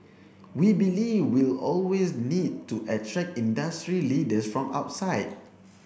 we believe we'll always need to attract industry leaders from outside